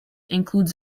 includes